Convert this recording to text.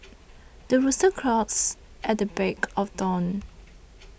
the rooster crows at the break of dawn